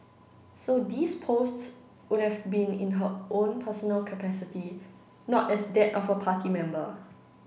so these posts would've been in her own personal capacity not as that of a party member